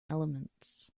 elements